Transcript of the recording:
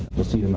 we'll see and